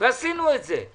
ועשינו את זה.